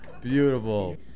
Beautiful